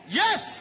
yes